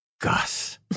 Gus